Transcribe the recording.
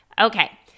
Okay